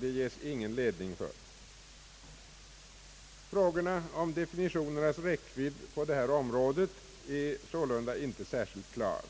ges ingen ledning för. Frågorna om definitionernas räckvidd på detta område är sålunda icke särskilt klara.